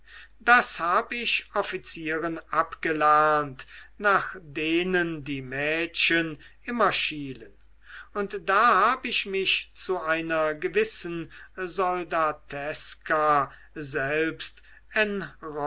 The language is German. das hab ich offizieren abgelernt nach denen die mädchen immer schielen und da hab ich mich zu einer gewissen soldateska selbst